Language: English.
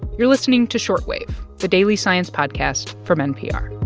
you're listening to short wave, the daily science podcast from npr